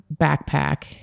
backpack